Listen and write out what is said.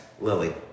lily